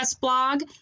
blog